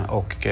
och